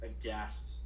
aghast